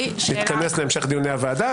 ונתכנס להמשך דיוני הוועדה.